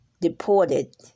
deported